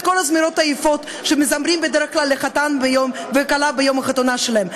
כל הזמירות היפות שמזמרים בדרך כלל לחתן ולכלה ביום החתונה שלהם,